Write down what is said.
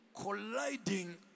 colliding